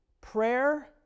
Prayer